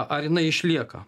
ar jinai išlieka